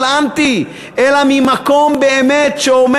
ממקום של אנטי,